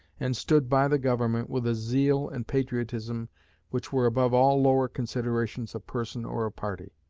and stood by the government with a zeal and patriotism which were above all lower considerations of person or of party.